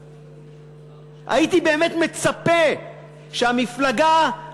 הייתי באמת מצפה שהמפלגה השנייה,